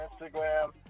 Instagram